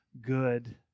good